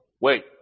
Wait